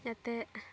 ᱡᱟᱛᱮ